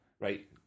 right